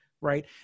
right